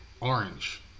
orange